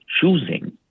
choosing